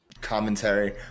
commentary